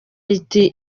riti